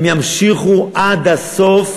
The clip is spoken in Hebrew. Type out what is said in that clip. הם ימשיכו עד הסוף,